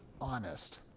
honest